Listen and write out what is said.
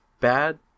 bad